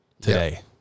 today